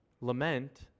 lament